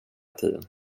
tiden